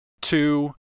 two